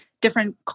different